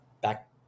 back